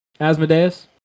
Asmodeus